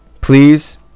please